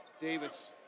Davis